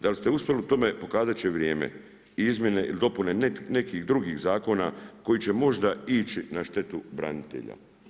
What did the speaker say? Da li ste uspjeli u tome, pokazat će vrijeme ili izmjene i dopune nekih drugih zakona koji će možda ići na štetu branitelja.